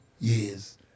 years